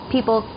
people